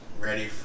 ready